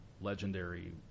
legendary